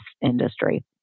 industry